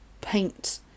paint